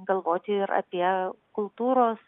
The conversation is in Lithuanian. galvoti ir apie kultūros